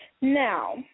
Now